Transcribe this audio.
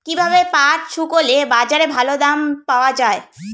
কীভাবে পাট শুকোলে বাজারে ভালো দাম পাওয়া য়ায়?